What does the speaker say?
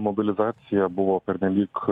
mobilizacija buvo pernelyg